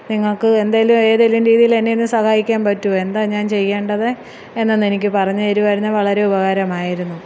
നിങ്ങൾക്ക് എന്തേലും ഏതേലും രീതിയിൽ എന്നെയൊന്ന് സഹായിക്കാൻ പറ്റുമോ എന്താണ് ഞാൻ ചെയ്യേണ്ടത് എന്നൊന്നെനിക്ക് പറഞ്ഞ് തരുവായിരുന്നു വളരെ ഉപകാരമായിരുന്നു